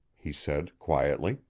he said quietly.